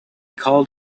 called